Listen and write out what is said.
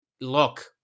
look